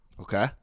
Okay